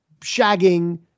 shagging